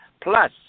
Plus